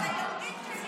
גם מגזרים אצל היהודים,